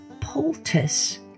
poultice